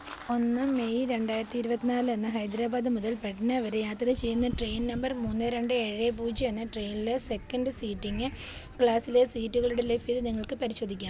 ഒന്ന് മെയ് രണ്ടായിരത്തി ഇരുപത്തിനാലിന്ന് ഹൈദരാബാദ് മുതൽ പട്ന വരെ യാത്ര ചെയ്യുന്ന ട്രെയിൻ നമ്പർ മൂന്ന് രണ്ട് ഏഴ് പൂജ്യം എന്ന ട്രെയിനില് സെക്കൻഡ് സീറ്റിംഗ് ക്ലാസിലെ സീറ്റുകളുടെ ലഭ്യത നിങ്ങൾക്ക് പരിശോധിക്കാമോ